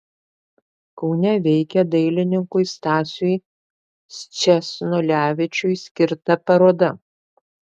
kaune veikia dailininkui stasiui sčesnulevičiui skirta paroda